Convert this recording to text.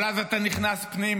אבל אז אתה נכנס פנימה.